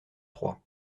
trois